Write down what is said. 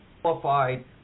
qualified